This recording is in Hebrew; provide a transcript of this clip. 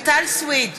חברת